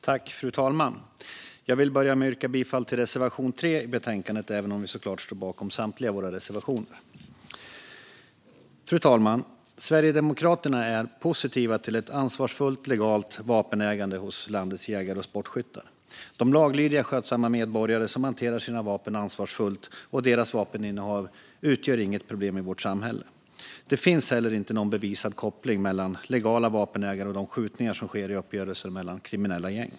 Fru talman! Jag vill börja med att yrka bifall till reservation 3 i betänkandet, även om vi såklart står bakom samtliga våra reservationer. Fru talman! Sverigedemokraterna är positiva till ett ansvarsfullt legalt vapenägande hos landets jägare och sportskyttar. De laglydiga, skötsamma medborgare som hanterar sina vapen ansvarsfullt och deras vapeninnehav utgör inget problem i vårt samhälle. Det finns heller inte någon bevisad koppling mellan legala vapenägare och de skjutningar som sker i uppgörelser mellan kriminella gäng.